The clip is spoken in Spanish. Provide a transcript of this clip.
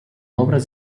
obras